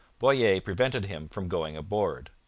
boyer prevented him from going aboard.